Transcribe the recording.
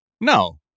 No